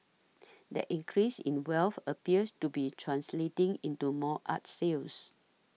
that increase in wealth appears to be translating into more art sales